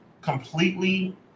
completely